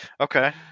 Okay